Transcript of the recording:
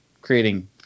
creating